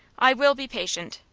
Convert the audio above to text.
i will be patient.